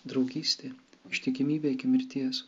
draugystė ištikimybė iki mirties